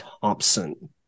Thompson